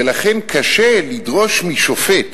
ולכן קשה לדרוש משופט